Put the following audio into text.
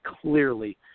clearly